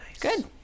Good